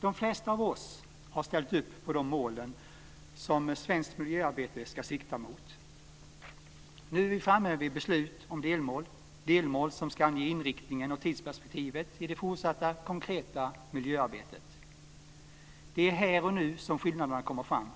De flesta av oss har ställt upp på de målen, som svenskt miljöarbete ska sikta mot. Nu är vi framme vid beslut om delmål som ska ange inriktningen och tidsperspektivet i det fortsatta konkreta miljöarbetet. Det är här och nu som skillnaderna kommer fram.